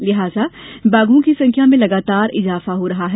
उन्होंने बाघों की संख्या में लगातार इजाफा हो रहा है